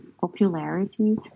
popularity